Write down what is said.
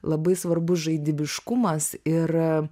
labai svarbus žaidybiškumas ir